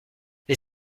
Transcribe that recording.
les